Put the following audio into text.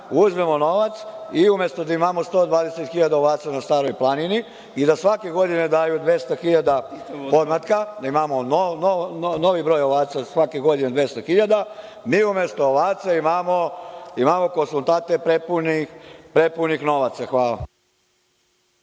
uzmemo novac i umesto da imamo 120 hiljada ovaca na Staroj planini i da svake godine daju 200 hiljada podmlatka, da imamo novi broj ovaca, svake godine 200 hiljada, mi umesto ovaca imamo konsultante prepunih novaca. Hvala.